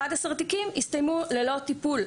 11 תיקים הסתיימו ללא טיפול,